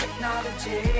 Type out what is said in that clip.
Technology